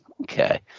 Okay